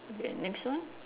okay next one